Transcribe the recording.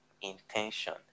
intention